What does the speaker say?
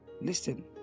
Listen